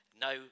No